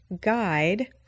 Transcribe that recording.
Guide